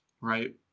right